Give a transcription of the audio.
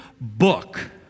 book